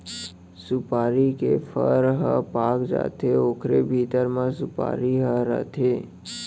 सुपारी के फर ह पाक जाथे ओकरे भीतरी म सुपारी ह रथे